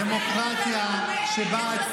דמוקרטיה שבה,